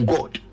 God